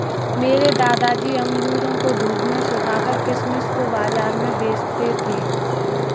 मेरे दादाजी अंगूरों को धूप में सुखाकर किशमिश को बाज़ार में बेचते थे